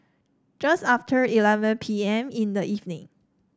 just after eleven P M in the evening